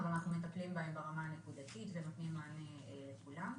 אבל אנחנו מטפלים בהם ברמה הנקודתית ונותנים מענה לכולם.